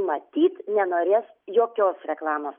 matyt nenorės jokios reklamos